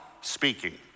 speaking